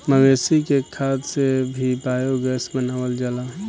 मवेशी के खाद से भी बायोगैस बनावल जाला